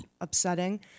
upsetting